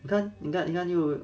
你看你看你又